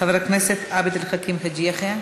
חבר הכנסת עבד אל חכים חאג' יחיא.